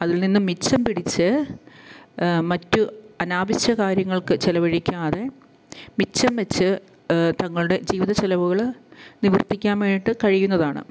അതിൽ നിന്ന് മിച്ചം പിടിച്ച് മറ്റു അനാവശ്യ കാര്യങ്ങൾക്ക് ചിലവഴിക്കാതെ മിച്ചം വച്ച് തങ്ങളുടെ ജീവിത ചിലവുകൾ നിവൃത്തിക്കാൻ വേണ്ടിയിട്ട് കഴിയുന്നതാണ്